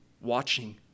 watching